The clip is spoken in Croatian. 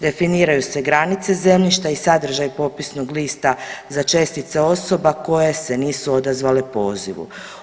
Definiraju se granice zemljišta i sadržaj popisnog lista za čestice osoba koje se nisu odazvale pozivu.